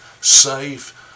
safe